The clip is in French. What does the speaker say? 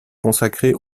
consacrée